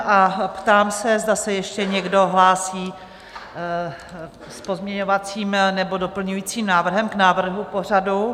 Ptám se, zda se ještě někdo hlásí s pozměňovacím nebo doplňujícím návrhem k návrhu pořadu?